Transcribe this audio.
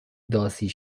داسی